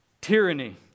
tyranny